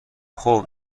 خوب